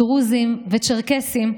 דרוזים וצ'רקסים,